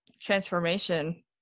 transformation